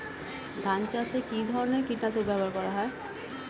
ধান চাষে কী ধরনের কীট নাশক ব্যাবহার করা হয়?